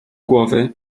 głowy